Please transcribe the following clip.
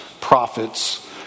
prophets